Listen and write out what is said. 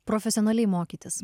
profesionaliai mokytis